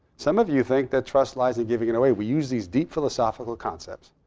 some of you think that trust lies in giving it away. we use these deep philosophical concepts.